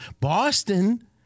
Boston